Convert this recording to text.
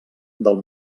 del